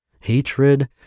hatred